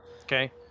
Okay